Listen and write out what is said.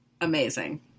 Amazing